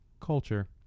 culture